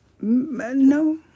no